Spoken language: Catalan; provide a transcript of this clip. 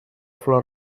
flor